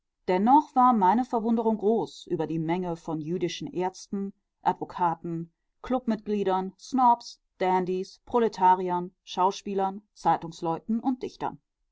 dennoch war meine verwunderung groß über die menge von jüdischen ärzten advokaten klubmitgliedern snobs dandys proletariern schauspielern zeitungsleuten und dichtern